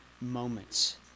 moments